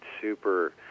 super